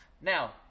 Now